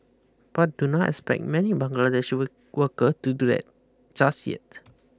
but do not expect many Bangladeshi worker to do that just yet